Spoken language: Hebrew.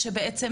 שבעצם